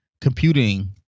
computing